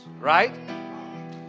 right